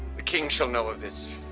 the king shall know of this.